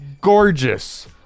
Gorgeous